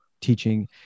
teaching